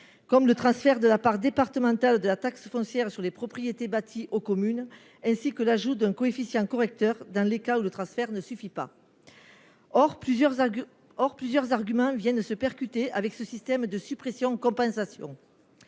comme le transfert de la part départementale de la taxe foncière sur les propriétés bâties aux communes, ainsi que l'ajout d'un coefficient correcteur dans les cas où le transfert ne suffit pas, or plusieurs or plusieurs arguments viennent se percuter avec ce système de suppression compensation